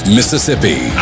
Mississippi